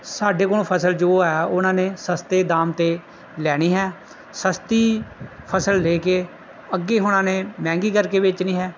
ਸਾਡੇ ਕੋਲੋਂ ਫਸਲ ਜੋ ਆ ਉਹਨਾਂ ਨੇ ਸਸਤੇ ਦਾਮ 'ਤੇ ਲੈਣੀ ਹੈ ਸਸਤੀ ਫਸਲ ਲੈ ਕੇ ਅੱਗੇ ਉਹਨਾਂ ਨੇ ਮਹਿੰਗੀ ਕਰਕੇ ਵੇਚਣੀ ਹੈ